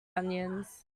onions